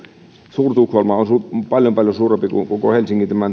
suur tukholma on paljon paljon suurempi kuin